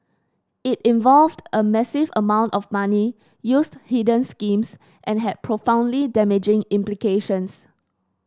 it involved a massive amount of money used hidden schemes and had profoundly damaging implications